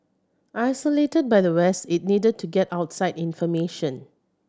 isolated by the west it needed to get outside information